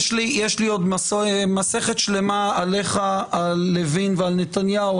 יש לי עוד מסכת שלמה עליך, על לוין ועל נתניהו.